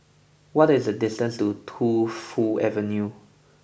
what is the distance to Tu Fu Avenue